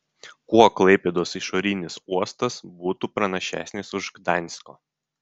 kuo klaipėdos išorinis uostas būtų pranašesnis už gdansko